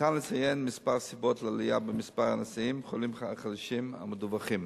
ניתן לציין כמה סיבות לעלייה במספר הנשאים והחולים החדשים המדווחים: